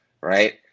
right